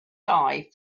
dive